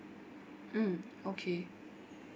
mm okay